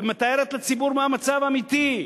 ומתארת לציבור מה המצב האמיתי,